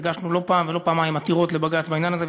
הגשנו לא פעם ולא פעמיים עתירות לבג"ץ בעניין הזה,